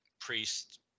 Priest